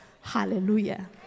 Hallelujah